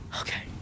Okay